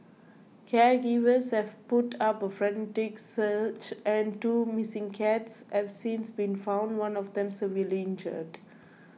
caregivers have put up a frantic search and two missing cats have since been found one of them severely injured